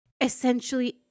essentially